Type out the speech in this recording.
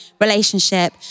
relationship